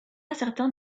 certains